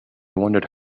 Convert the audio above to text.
wondered